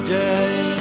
day